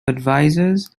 advisors